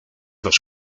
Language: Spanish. los